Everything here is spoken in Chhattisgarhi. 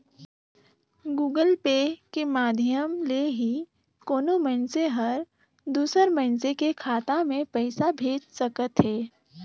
गुगल पे के माधियम ले ही कोनो मइनसे हर दूसर मइनसे के खाता में पइसा भेज सकत हें